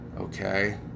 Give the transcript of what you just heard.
Okay